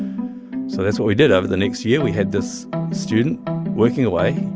so that's what we did. over the next year, we had this student working away.